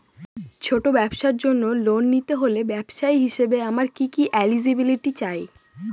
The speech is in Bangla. ছোট ব্যবসার জন্য লোন নিতে হলে ব্যবসায়ী হিসেবে আমার কি কি এলিজিবিলিটি চাই?